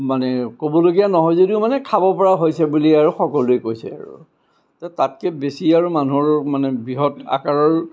মানে ক'বলগীয়া নহয় যদিও মানে খাব পৰা হৈছে বুলি আৰু সকলোৱে কৈছে আৰু তাতকৈ বেছি আৰু মানুহৰ মানে বৃহৎ আকাৰৰ